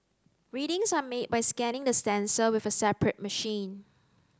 readings are made by scanning the sensor with a separate machine